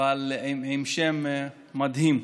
אבל עם שם מדהים.